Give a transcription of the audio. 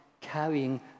carrying